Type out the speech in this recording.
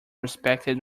respected